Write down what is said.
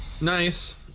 nice